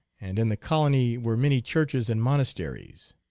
and in the colony were many churches and monasteries.